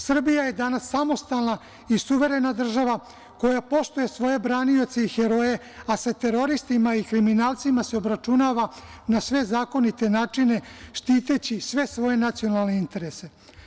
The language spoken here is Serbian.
Srbija je danas samostalna i suverena država koja poštuje svoje branioce i heroje, a sa teroristima i kriminalcima se obračunava na sve zakonite načine štiteći sve svoje nacionalne interese.